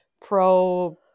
pro